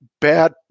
bad